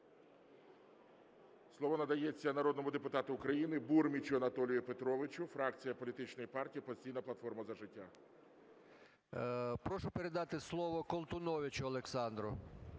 Слово надається народному депутату України Бурмічу Анатолію Петровичу, фракція політичної партії "Опозиційна платформа – За життя". 10:45:16 БУРМІЧ А.П. Прошу передати слово Колтуновичу Олександру.